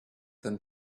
them